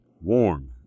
warm